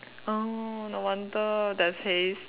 oh no wonder there's haze